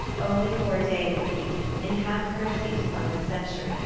only for a day in the week, in half-courtesy to public censure,